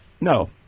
no